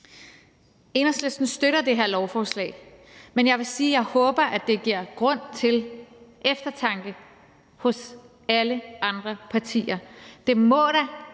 Enhedslisten støtter det her lovforslag, men jeg vil sige, at jeg håber, det giver grund til eftertanke hos alle andre partier.